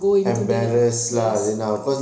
go into that yes